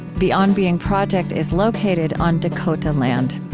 the on being project is located on dakota land.